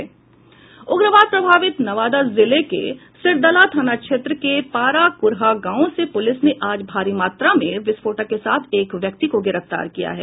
उग्रवाद प्रभावित नवादा जिले के सिरदला थाना क्षेत्र के पारा क्रहा गांव से पुलिस ने आज भारी मात्रा में विस्फोटक के साथ एक व्यक्ति को गिरफ्तार किया है